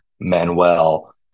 manuel